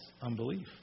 unbelief